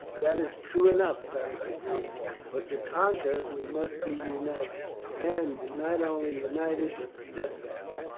that is true enough, beric agreed but to conquer we must be united, and not only united but steadfast.